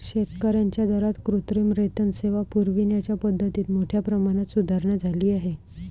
शेतकर्यांच्या दारात कृत्रिम रेतन सेवा पुरविण्याच्या पद्धतीत मोठ्या प्रमाणात सुधारणा झाली आहे